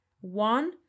One